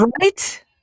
Right